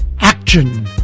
action